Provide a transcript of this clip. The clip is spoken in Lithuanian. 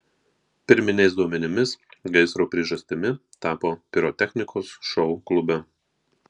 pirminiais duomenimis gaisro priežastimi tapo pirotechnikos šou klube